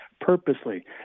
purposely